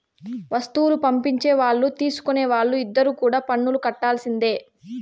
వస్తువులు పంపించే వాళ్ళు తీసుకునే వాళ్ళు ఇద్దరు కూడా పన్నులు కట్టాల్సిందే